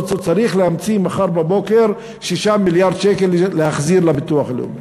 צריך להמציא מחר בבוקר 6 מיליארד שקל להחזיר לביטוח הלאומי.